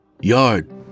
Yard